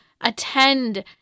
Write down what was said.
attend